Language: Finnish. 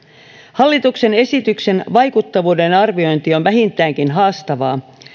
hallituksen esityksen vaikuttavuuden arviointi on vähintäänkin haastavaa